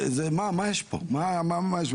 מה יש בדרכון?